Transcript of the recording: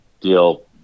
deal